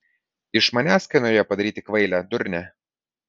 iš manęs kai norėjo padaryti kvailę durnę